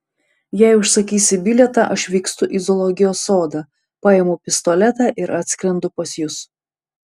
jei užsakysi bilietą aš vykstu į zoologijos sodą paimu pistoletą ir atskrendu pas jus